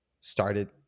started